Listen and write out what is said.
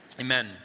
Amen